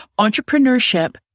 entrepreneurship